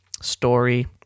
story